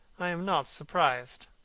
i am not surprised.